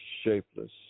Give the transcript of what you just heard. shapeless